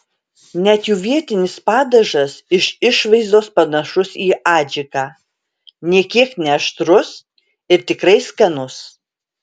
net jų vietinis padažas iš išvaizdos panašus į adžiką nė kiek neaštrus ir tikrai skanus